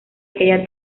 aquella